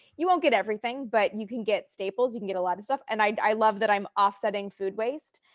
you won't get everything, but you can get staples. you can get a lot of stuff. and i love that i'm offsetting food waste.